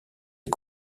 est